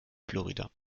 florida